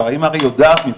כבר האמא הרי יודעת מזה,